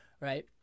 right